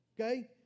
okay